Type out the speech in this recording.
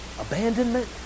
abandonment